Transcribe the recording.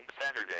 Saturday